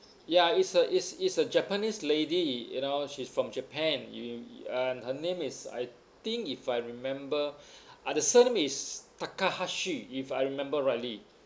ya it's a it's it's a japanese lady you know she's from japan you and her name is I think if I remember uh the surname is takahashi if I remember rightly